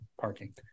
parking